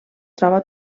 troba